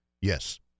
yes